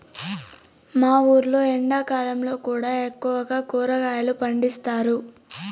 మా ఊర్లో ఎండాకాలంలో కూడా ఎక్కువగా కూరగాయలు పండిస్తారు